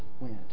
went